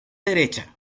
derecha